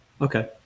Okay